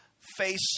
face